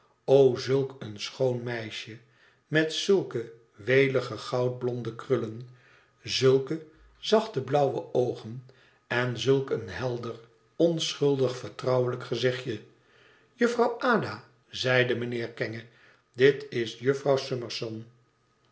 o zulk een schoon meisje met zulke welige goudblonde krullen zulke zachte blauwe oogen en zulk een helder onschuldig vertrouwelijk gezichtje jufvrouw ada zeide mijnheer kenge dit is jufvrouw summerson